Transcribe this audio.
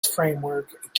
framework